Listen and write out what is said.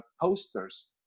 posters